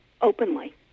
openly